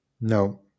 No